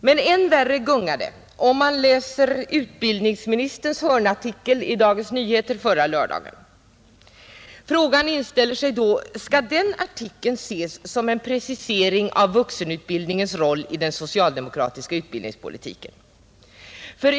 Men än värre gungar det om man läser utbildningsministerns hörnartikel i Dagens Nyheter i lördags. Frågan inställer sig om den artikeln skall ses som en precisering av vuxenutbildningens roll i den socialdemokratiska utbildningspolitiken.